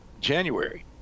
january